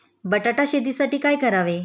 बटाटा शेतीसाठी काय करावे?